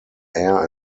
air